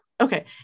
okay